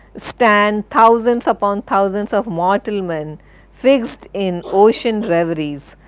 stand thousands upon thousands of mortal men fixed in ocean reveries.